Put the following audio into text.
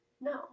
No